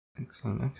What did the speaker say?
Excellent